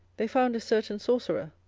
they found a certain sorcerer,